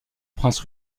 prince